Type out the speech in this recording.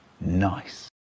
Nice